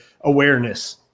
awareness